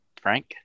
Frank